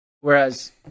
Whereas